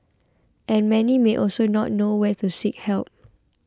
and many may also not know where to seek help